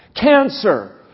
cancer